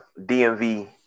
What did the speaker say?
DMV